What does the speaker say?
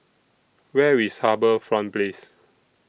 Where IS HarbourFront Place